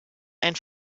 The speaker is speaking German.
ein